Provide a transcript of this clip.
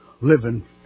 living